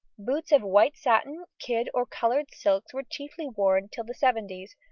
boots of white satin, kid, or coloured silks were chiefly worn till the seventies,